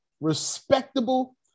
respectable